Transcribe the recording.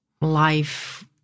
life